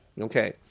Okay